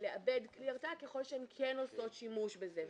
לאבד כלי הרתעה אם הן כן עושות שימוש בזה.